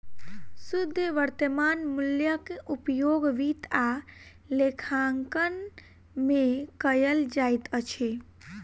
शुद्ध वर्त्तमान मूल्यक उपयोग वित्त आ लेखांकन में कयल जाइत अछि